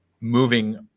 Moving